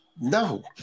no